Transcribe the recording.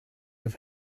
have